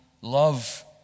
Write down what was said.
love